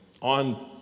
on